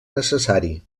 necessari